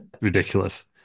ridiculous